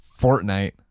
Fortnite